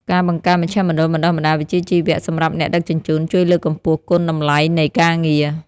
ការបង្កើតមជ្ឈមណ្ឌលបណ្ដុះបណ្ដាលវិជ្ជាជីវៈសម្រាប់អ្នកដឹកជញ្ជូនជួយលើកកម្ពស់គុណតម្លៃនៃការងារ។